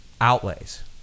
outlays